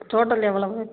total எவ்வளவு